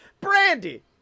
Brandy